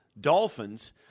Dolphins